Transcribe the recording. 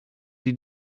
die